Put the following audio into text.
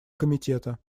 комитета